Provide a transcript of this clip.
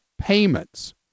payments